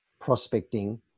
prospecting